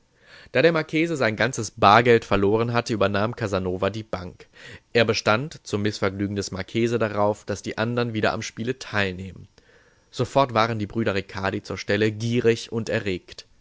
da der marchese sein ganzes bargeld verloren hatte übernahm casanova die bank er bestand zum mißvergnügen des marchese darauf daß die andern wieder am spiele teilnähmen sofort waren die brüder ricardi zur stelle gierig und erregt